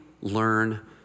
learn